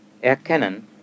erkennen